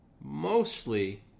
mostly